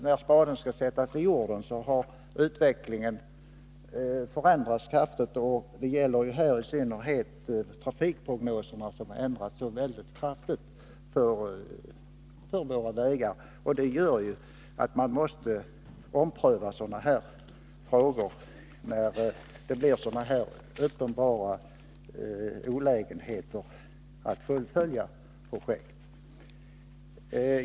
När spaden skall sättas i jorden har utvecklingen förändrats kraftigt. Detta gäller i synnerhet trafikprognoserna för våra vägar. Det gör att man måste ompröva frågorna när sådana här uppenbara olägenheter uppstår i samband med att man skall fullfölja ett projekt.